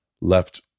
left